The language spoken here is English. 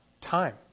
time